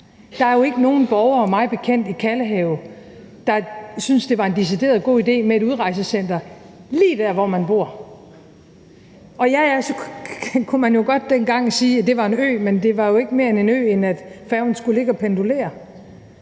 Der er ikke nogen borgere mig bekendt i Kalvehave, der synes, det var en decideret god idé med et udrejsecenter lige der, hvor man bor. Og ja, ja, så kunne man jo godt dengang sige, at det var en ø, men det var jo ikke mere en ø, end at færgen skulle ligge og pendulere.